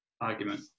argument